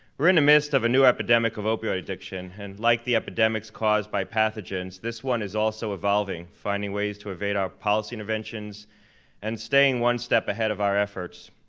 we're in the midst of a new epidemic of opioid addiction and like the epidemics caused by pathogens, this one is also evolving, finding ways to evade our policy interventions and staying one step ahead of our efforts.